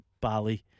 Bali